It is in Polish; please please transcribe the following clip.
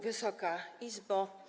Wysoka Izbo!